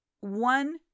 One